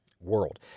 world